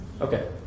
Okay